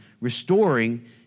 restoring